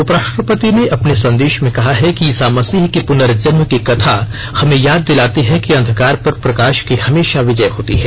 उपराष्ट्रपति ने अपने संदेश में कहा है कि ईसा मसीह के पुनर्जन्म की कथा हमें याद दिलाती है कि अंधकार पर प्रकाश की हमेशा विजय होती है